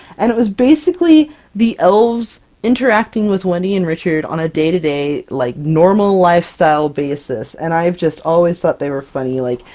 and it was basically the elves interacting with wendy and richard on a day-to-day, like, normal lifestyle basis! and i've just always thought they were funny! like,